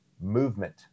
movement